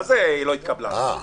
מה זה "לא התקבלה"?